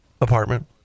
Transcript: apartment